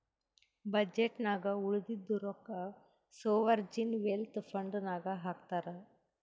budget ನಾಗ್ ಉಳದಿದ್ದು ರೊಕ್ಕಾ ಸೋವರ್ಜೀನ್ ವೆಲ್ತ್ ಫಂಡ್ ನಾಗ್ ಹಾಕ್ತಾರ್